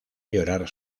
llorar